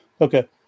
Okay